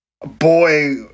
boy